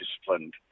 disciplined